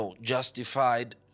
justified